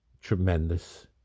tremendous